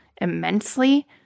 immensely